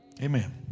Amen